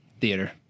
Theater